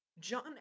John